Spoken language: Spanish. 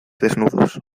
desnudos